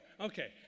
Okay